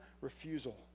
refusal